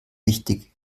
wichtig